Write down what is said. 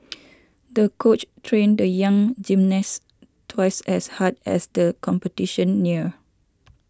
the coach trained the young gymnast twice as hard as the competition neared